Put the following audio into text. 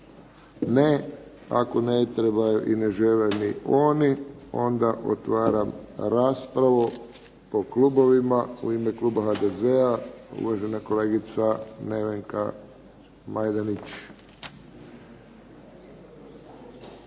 Ne. Ako ne treba i ne žele ni oni onda otvaram raspravu po klubovima. U ime kluba HDZ-a uvažena kolegica Nevenka Majdenić.